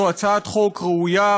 זאת הצעת חוק ראויה,